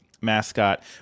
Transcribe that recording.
mascot